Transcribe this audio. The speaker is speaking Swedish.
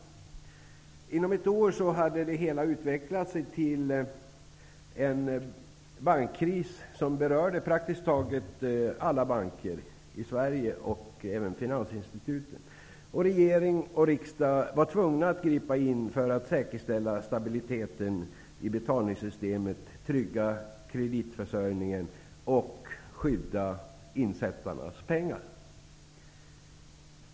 Inom ett år hade det hela utvecklats till en bankkris som berörde praktiskt taget alla banker i Sverige och även finansinstituten. Regering och riksdag var tvungna att gripa in för att säkerställa stabiliteten i betalningssystemet, trygga kreditförsörjningen och skydda insättarnas pengar.